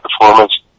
performance